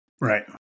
Right